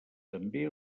també